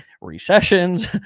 recessions